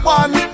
one